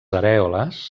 arèoles